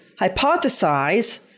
hypothesize